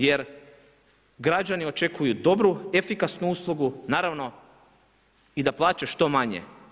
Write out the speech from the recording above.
Jer građani očekuju dobru, efikasnu uslugu, naravno i da plaćaju što manje.